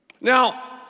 Now